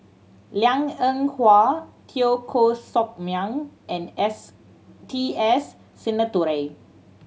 Liang Eng Hwa Teo Koh Sock Miang and S T S Sinnathuray